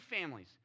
families